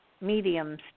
mediums